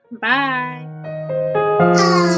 bye